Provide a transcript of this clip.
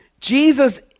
Jesus